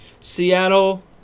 Seattle